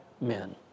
men